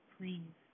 Please